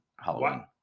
Halloween